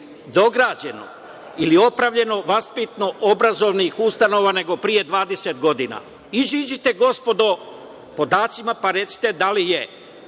dograđeno ili opravljeno vaspitno-obrazovnih ustanova nego pre 20 godina? Izađite, gospodo, sa podacima pa recite da li je